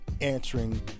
answering